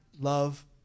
love